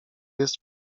jest